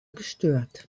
gestört